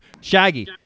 Shaggy